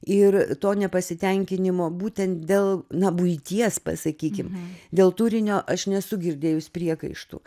ir to nepasitenkinimo būtent dėl na buities pasakykim dėl turinio aš nesu girdėjus priekaištų